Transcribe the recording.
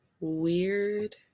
weird